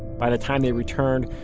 by the time they returned,